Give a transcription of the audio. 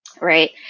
right